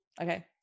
Okay